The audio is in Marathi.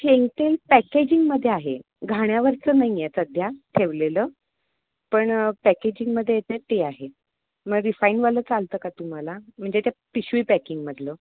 शेंगतेल पॅकेजिंगमध्ये आहे घाण्यावरचं नाही आहे सध्या ठेवलेलं पण पॅकेजिंगमध्ये येतं ना ते आहे मग रिफाईनवालं चालतं का तुम्हाला म्हणजे त्या पिशवी पॅकिंगमधलं